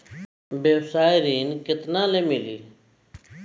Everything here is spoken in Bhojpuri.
व्यवसाय ऋण केतना ले मिली?